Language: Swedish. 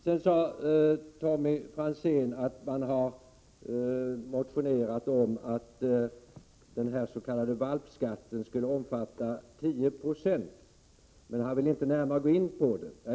Sedan sade Tommy Franzén att man har motionerat om att den s.k. valpskatten skulle omfatta 10 96, men han ville inte närmare gå in på detta.